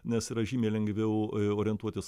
nes yra žymiai lengviau orientuotis